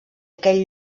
aquell